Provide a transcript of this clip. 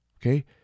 okay